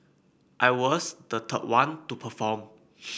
I was the top one to perform